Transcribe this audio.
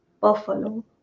Buffalo